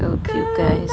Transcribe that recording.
okay guys